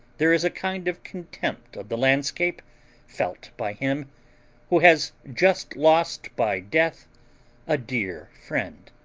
there is a kind of contempt of the landscape felt by him who has just lost by death a dear friend.